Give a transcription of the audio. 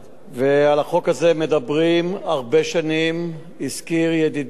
הזכיר ידידי חבר הכנסת אמנון כהן את ידידי דוד אזולאי,